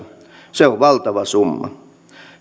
se on valtava summa